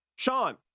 Sean